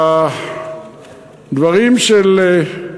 הדברים של,